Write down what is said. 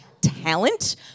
talent